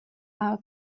our